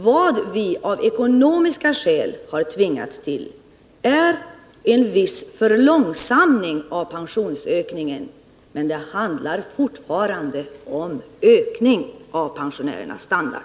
Vad vi av ekonomiska skäl har tvingats till är en viss förlångsamning av pensionsökningen. Men det handlar fortfarande om ökning av pensionärernas standard.